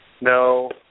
No